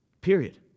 Period